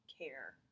care